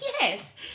Yes